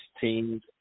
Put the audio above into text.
teams